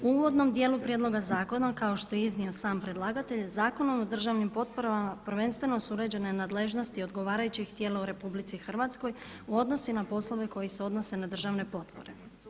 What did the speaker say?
U uvodnom dijelu prijedloga zakona kao što je iznio sam predlagatelj Zakonom o državnim potporama prvenstveno su uređene nadležnosti odgovarajućih tijela u RH u odnosu na poslove koji se odnose na državne potpore.